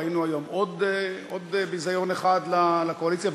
ראינו היום עוד ביזיון אחד לקואליציה,